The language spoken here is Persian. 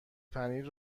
پنیر